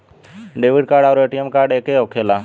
Debit card आउर ATM card एके होखेला?